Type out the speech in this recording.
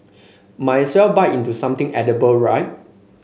might as well bite into something edible right